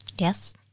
Yes